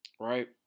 Right